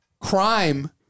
Crime